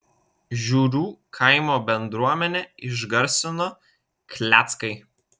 žiurių kaimo bendruomenę išgarsino kleckai